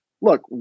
look